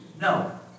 no